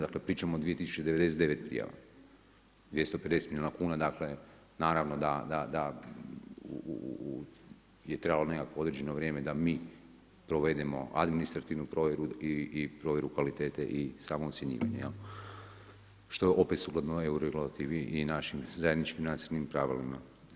Dakle, pričamo o 1099 prijava, 250 milijuna kuna, dakle naravno da je trebalo nekakvo određeno vrijeme da mi provedemo administrativnu provjeru i provjeru kvalitete i samo ocjenjivanje što je opet suprotno e regulativi i našim zajedničkim nacrtnim pravilima.